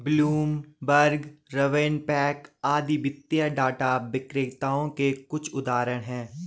Bloomberg, RavenPack आदि वित्तीय data विक्रेता के कुछ उदाहरण हैं